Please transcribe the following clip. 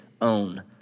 own